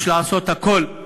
יש לעשות הכול,